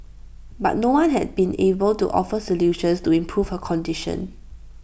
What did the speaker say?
but no one has been able to offer solutions to improve her condition